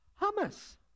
hummus